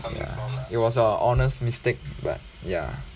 ya it was an honest mistake but ya